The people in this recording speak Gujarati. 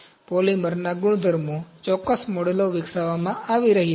પોલિમરના ગુણધર્મો ચોક્કસ મોડેલો વિકસાવવામાં આવી રહ્યા છે